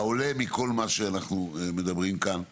העולה מכול מה שאנחנו מדברים כאן זה